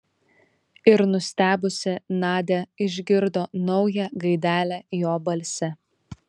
ir nustebusi nadia išgirdo naują gaidelę jo balse